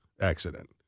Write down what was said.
accident